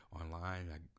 online